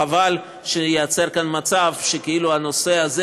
חבל שייווצר כאן מצב שכאילו הנושא הזה,